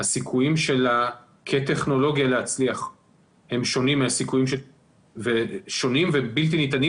הסיכויים שלה כטכנולוגיה להצליח הם שונים ובלתי ניתנים